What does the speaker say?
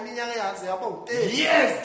yes